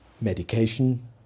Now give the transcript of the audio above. Medication